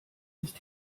ist